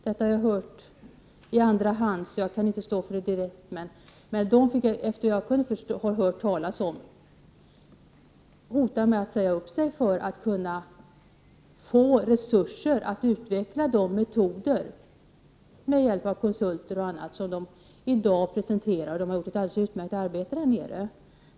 Detta har jag visserligen hört i andra hand; men jag har också hört att medarbetare hotat med att säga upp sig för att kunna få resurser att utveckla de metoder med hjälp av konsulter och annat som i dag presenteras och som är resultatet av ett utmärkt arbete där nere.